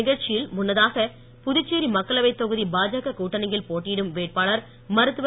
நிகழ்ச்சியில் முன்னதாக புதுச்சேரி மக்களவைத் தொகுதி பாஜக கூட்டணியில் போட்டியிடும் வேட்பாளர் மருத்துவர்